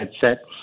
headset